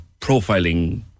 profiling